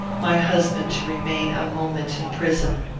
my husband to remain a moment in prison.